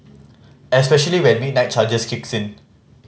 especially when midnight charges kicks in